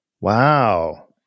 wow